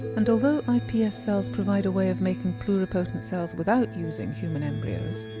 and although ips cells provide a way of making pluripotent cells without using human embryos,